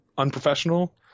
unprofessional